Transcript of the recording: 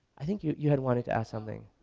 i think you you had wanted to ask something.